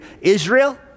Israel